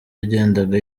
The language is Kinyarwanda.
yagendaga